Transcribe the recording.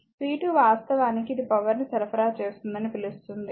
కాబట్టి p2 వాస్తవానికి ఇది పవర్ ని సరఫరా చేస్తుందని పిలుస్తుంది